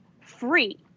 free